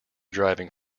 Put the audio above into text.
driving